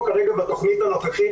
קם פורום ההייטק,